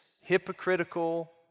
hypocritical